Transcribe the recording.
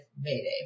Mayday